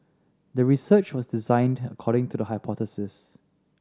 the research was designed according to the hypothesis